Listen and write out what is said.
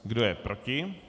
Kdo je proti?